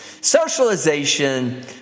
socialization